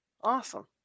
awesome